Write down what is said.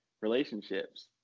relationships